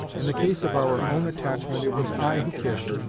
in the case of our own attachment it was i who kissed,